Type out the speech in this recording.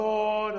Lord